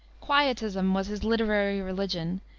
quietism was his literary religion,